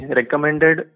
recommended